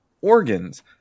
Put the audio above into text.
organs